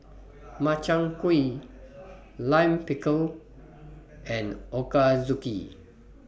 Makchang Gui Lime Pickle and Ochazuke